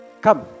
Come